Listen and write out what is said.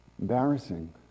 embarrassing